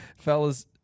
fellas